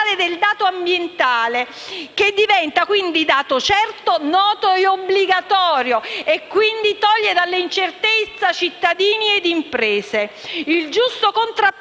il giusto contrappeso